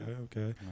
okay